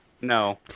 No